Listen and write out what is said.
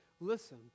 Listen